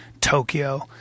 Tokyo